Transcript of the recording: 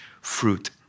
fruit